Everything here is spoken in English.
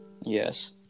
Yes